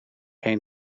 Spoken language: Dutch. heen